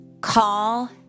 call